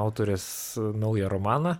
autorės naują romaną